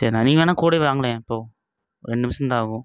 சரிண்ணா நீங்கள் வேணுணா கூட வாங்களேன் இப்போ ரெண்டு நிமிடம்தான் ஆகும்